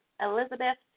Elizabeth